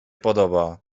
podoba